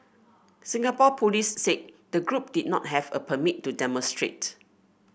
Singapore police said the group did not have a permit to demonstrate